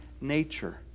nature